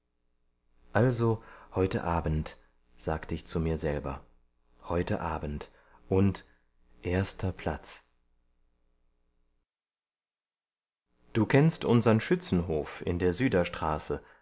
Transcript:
also heute abend sagte ich zu mir selber heute abend und erster platz du kannst unsern schützenhof in der süderstraße